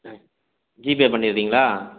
ம் ஜிபே பண்ணிடுறீங்ளா